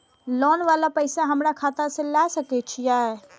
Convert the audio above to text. Loan वाला पैसा हमरा खाता से लाय सके छीये?